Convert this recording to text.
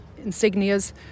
insignias